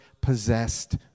possessed